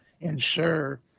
ensure